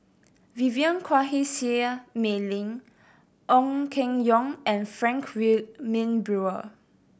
Vivien Quahe Seah Mei Lin Ong Keng Yong and Frank Wilmin Brewer